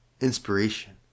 inspiration